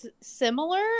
similar